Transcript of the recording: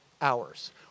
hours